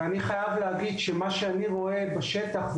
ואני חייב להגיד שמה שאני רואה בשטח,